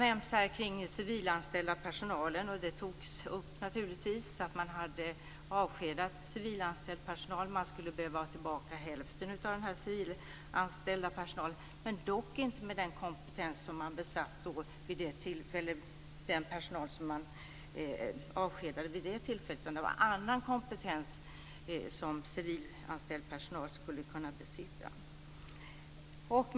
Den civilanställda personalen har nämnts här. Det togs naturligtvis upp att man hade avskedat civilanställd personal. Man skulle behöva ha tillbaka hälften av den, dock inte med den kompetens som den personalen ägde vid tillfället för avskedandet. Det var annan kompetens som civilanställd personal skulle kunna ha.